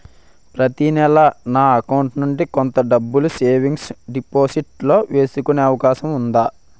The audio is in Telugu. ప్రతి నెల నా అకౌంట్ నుండి కొంత డబ్బులు సేవింగ్స్ డెపోసిట్ లో వేసుకునే అవకాశం ఉందా?